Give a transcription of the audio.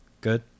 good